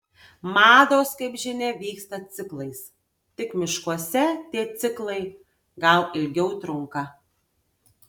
mados kaip žinia vyksta ciklais tik miškuose tie ciklai gal ilgiau trunka